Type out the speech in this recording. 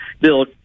bill